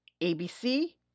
ABC